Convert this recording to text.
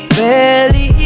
barely